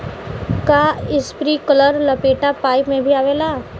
का इस्प्रिंकलर लपेटा पाइप में भी आवेला?